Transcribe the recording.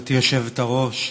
גברתי היושבת-ראש.